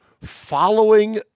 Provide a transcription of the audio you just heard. following